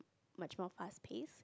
much more fast pace